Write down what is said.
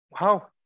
Wow